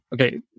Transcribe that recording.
Okay